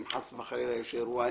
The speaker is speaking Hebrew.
אם חס וחלילה יש אירוע,